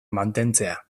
mantentzea